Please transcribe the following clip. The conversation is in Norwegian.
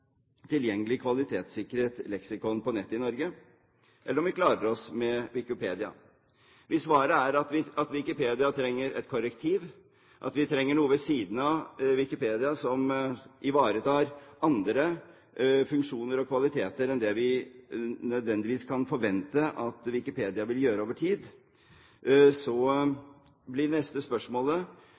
tilgjengelig kvalitetssikret leksikon på nett i Norge, eller om vi klarer oss med Wikipedia. Hvis svaret er at Wikipedia trenger et korrektiv, at vi trenger noe ved siden av Wikipedia som ivaretar andre funksjoner og kvaliteter enn det vi nødvendigvis kan forvente at Wikipedia vil gjøre over tid, så blir det neste spørsmålet: